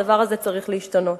הדבר הזה צריך להשתנות.